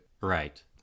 Right